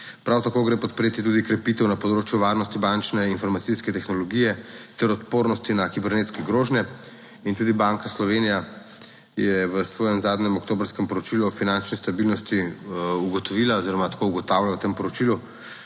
prav tako gre podpreti tudi krepitev na področju varnosti bančne informacijske tehnologije ter odpornosti na kibernetske grožnje. **12. TRAK: (SC) – 9.55** (nadaljevanje) In tudi Banka Slovenije je v svojem zadnjem oktobrskem Poročilu o finančni stabilnosti ugotovila oziroma tako ugotavlja v tem poročilu,